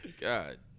god